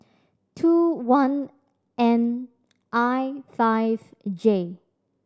two one N I five J